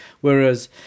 Whereas